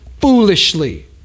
foolishly